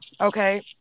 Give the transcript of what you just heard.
Okay